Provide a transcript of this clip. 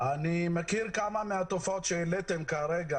אני מכיר כמה מהתופעות שהעליתם כרגע